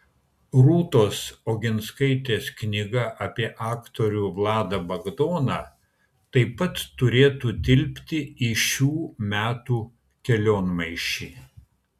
rūtos oginskaitės knyga apie aktorių vladą bagdoną taip pat turėtų tilpti į šių metų kelionmaišį